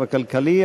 המצב הכלכלי,